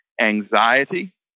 anxiety